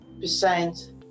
percent